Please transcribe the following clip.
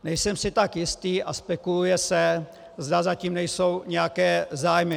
Nejsem si tak jistý a spekuluje se, zda za tím nejsou nějaké zájmy.